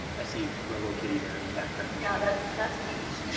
i see robo kitty there in the background. yeah that's that's peach